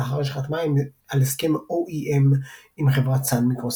לאחר שחתמה על הסכם OEM עם חברת סאן מיקרוסיסטמס.